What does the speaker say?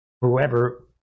whoever